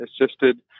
assisted